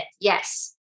yes